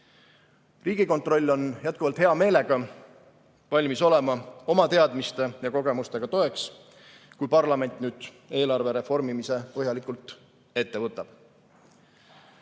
Riigikontroll on jätkuvalt hea meelega valmis olema oma teadmiste ja kogemustega toeks, kui parlament nüüd eelarve reformimise põhjalikult ette võtab. Teine